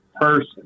person